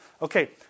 Okay